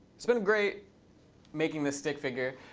it's been great making this stick figure.